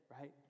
right